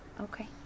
okay